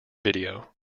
video